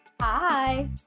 Hi